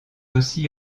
aussi